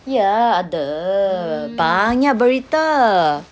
ya ada banyak berita